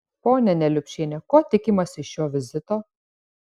ponia neliupšiene ko tikimasi iš šio vizito